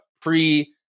pre